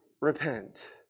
repent